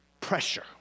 pressure